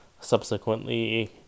subsequently